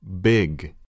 Big